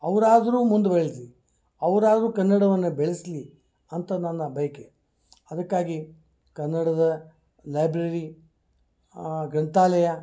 ಅವ್ರು ಆದ್ರೂ ಮುಂದೆ ಬೆಳೀಲಿ ಅವ್ರು ಆದ್ರೂ ಕನ್ನಡವನ್ನು ಬೆಳೆಸ್ಲಿ ಅಂತ ನನ್ನ ಬಯಕೆ ಅದಕ್ಕಾಗಿ ಕನ್ನಡದ ಲೈಬ್ರರಿ ಗ್ರಂಥಾಲಯ